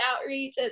outreach